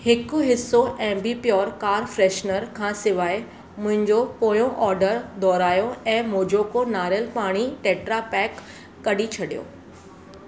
हिकु हिसो Ambi Pur car freshener खां सवाइ मुंहिंजो पोयों ऑडर दोहरायो ऐं मोजोको नारेलु पाणी टेट्रा पैक कढी छॾियो